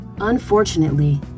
Unfortunately